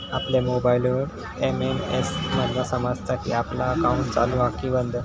आपल्या मोबाईलवर एस.एम.एस मधना समजता कि आपला अकाउंट चालू हा कि बंद